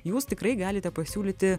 jūs tikrai galite pasiūlyti